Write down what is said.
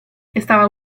estaba